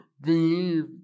believe